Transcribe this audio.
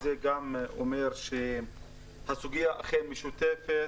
וזה גם אומר שהסוגיה אכן משותפת.